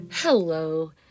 Hello